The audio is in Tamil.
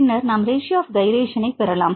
பின்னர் நாம் ரேசியோ ஆப் கைரேஷன் பெறலாம்